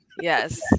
Yes